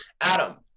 Adam